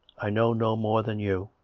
i know no more than you.